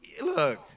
Look